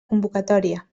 convocatòria